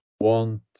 want